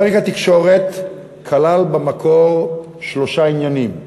פרק התקשורת כלל במקור שלושה עניינים: